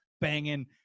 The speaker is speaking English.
banging –